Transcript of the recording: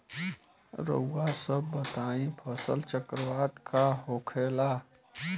रउआ सभ बताई फसल चक्रवात का होखेला?